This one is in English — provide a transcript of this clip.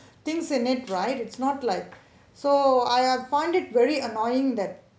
things in it right it's not like so I find it very annoying that